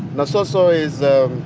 nasoso is, ah